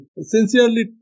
Sincerely